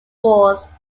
wars